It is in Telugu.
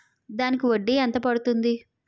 దానికి వడ్డీ ఎంత పడుతుంది?